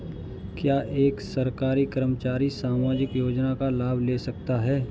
क्या एक सरकारी कर्मचारी सामाजिक योजना का लाभ ले सकता है?